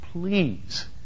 please